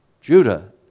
Judah